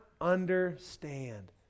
understand